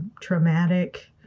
traumatic